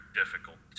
difficult